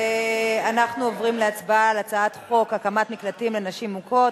אנחנו עוברים להצבעה על הצעת חוק הקמת מקלטים לנשים מוכות,